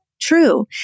true